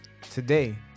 today